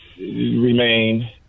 Remain